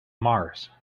mars